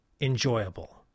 enjoyable